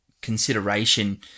consideration